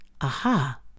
aha